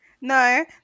No